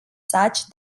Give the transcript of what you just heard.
such